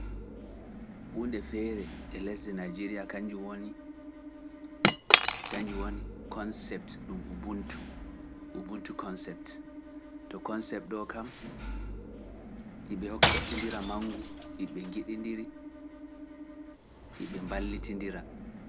Huunde feere e lesde Najiriya kañjum woni koncept ɗum Ubuntu, Ubuntu concept, to concept ɗo kam yiɓe hokkokindira mangu, yiɓe njiɗindiri, yiɓe mballitindira.